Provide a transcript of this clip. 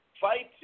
fighting